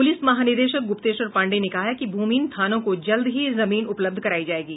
police महानिदेशक गुप्तेश्वर पांडेय ने कहा है कि भूमिहीन थानों को जल्द ही जमीन उपलब्ध करायी जायेगी